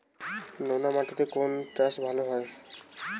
নোনা মাটিতে কোন চাষ ভালো হয়?